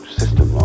system